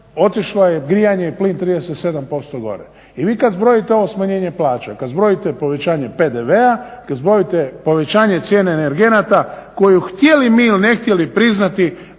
otišlo je grijanje i plin 37% gore i vi kad zbrojite ovo smanjenje plaća, kad zbrojite povećanje PDV, kad zbrojite povećanje cijene energenata koju htjeli mi ili ne htjeli priznati